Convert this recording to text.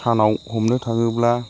सानाव हमनो थाङोब्ला